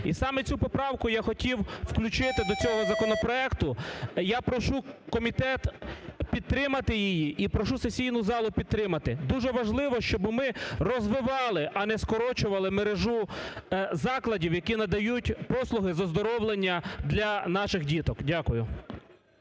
І саме цю поправку я хотів включити до цього законопроекту, я прошу комітет підтримати її і прошу сесійну залу підтримати. Дуже важливо, щоб ми розвивали, а не скорочували мережу закладів, які надають послуги з оздоровлення для наших діток. Дякую.